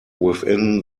within